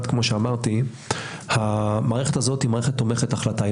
כאמור- המערכת הזו היא מערכת תומכת החלטה.